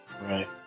right